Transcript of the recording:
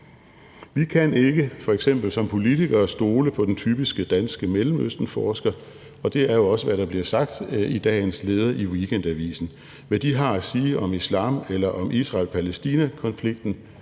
Vi kan f.eks. som politikere ikke stole på den typiske danske Mellemøstenforsker, og det er jo også, hvad der bliver sagt i dagens leder i Weekendavisen. Hvad de har at sige om islam eller om Israel-Palæstina-konflikten,